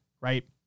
Right